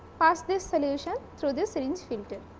pass this solution through this syringe filter.